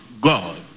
God